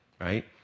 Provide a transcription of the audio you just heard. right